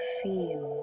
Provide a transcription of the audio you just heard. feel